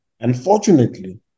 Unfortunately